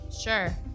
Sure